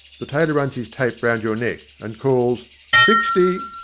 the tailor runs his tape round your neck and calls sixty!